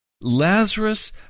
Lazarus